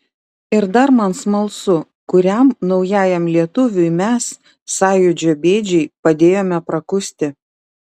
ir dar man smalsu kuriam naujajam lietuviui mes sąjūdžio bėdžiai padėjome prakusti